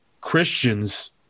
Christians